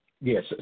Yes